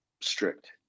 strict